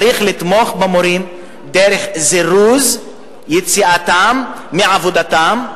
צריך לתמוך במורים דרך זירוז יציאתם מעבודתם.